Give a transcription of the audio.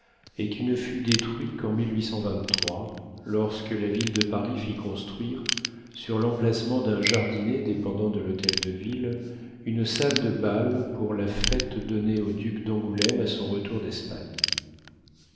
et qui ne fut détruit qu'en lorsque la ville de paris fit construire sur l'emplacement d'un jardinet dépendant de l'hôtel-de-ville une salle de bal pour la fête donnée au duc d'angoulême à son retour d'espagne